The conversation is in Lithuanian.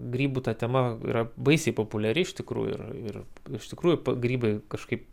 grybų ta tema yra baisiai populiari iš tikrųjų ir ir iš tikrųjų grybai kažkaip